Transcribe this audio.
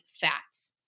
fats